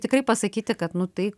tikrai pasakyti kad nu tai